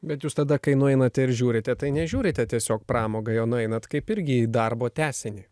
bet jūs tada kai nueinate ir žiūrite tai nežiūrite tiesiog pramogai o nueinat kaip irgi į darbo tęsinį